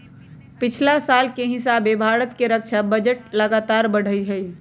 पछिला साल के हिसाबे भारत के रक्षा बजट लगातार बढ़लइ ह